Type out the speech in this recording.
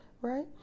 right